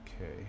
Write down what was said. Okay